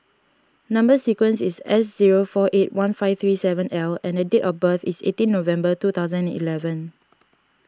Number Sequence is S zero four eight one five three seven L and date of birth is eighteen November two thousand and eleven